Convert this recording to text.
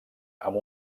amb